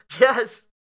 Yes